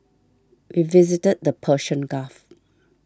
we visited the Persian Gulf